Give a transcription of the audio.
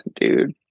dude